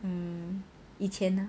um 以前 lah